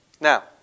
Now